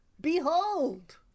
Behold